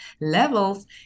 levels